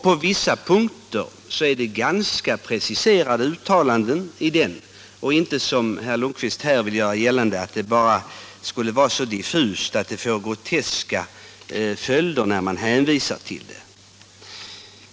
På vissa punkter är det ganska preciserade uttalanden och inte, som herr Lundkvist vill göra gällande, så diffusa att det får groteska följder när man hänvisar till dem.